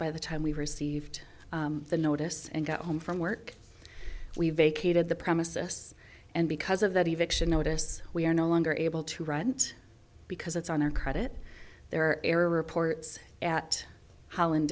by the time we received the notice and got home from work we vacated the premises and because of that even notice we are no longer able to write and because it's on our credit there error reports at holland